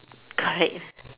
got it